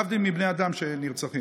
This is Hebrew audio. להבדיל מבני אדם שנרצחים.